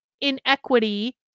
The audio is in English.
inequity